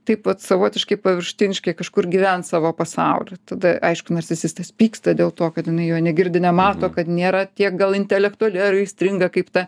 taip vat savotiškai paviršutiniškai kažkur gyvent savo pasauly tada aišku narcisistas pyksta dėl to kad jinai jo negirdi nemato kad nėra tiek gal intelektuali ar aistringa kaip ta